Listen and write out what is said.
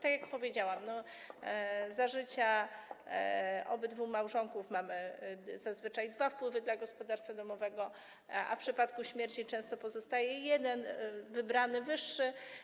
Tak jak powiedziałam, za życia obydwu małżonków mamy zazwyczaj dwa wpływy dla gospodarstwa domowego, a w przypadku śmierci często pozostaje jeden wybrany, wyższy.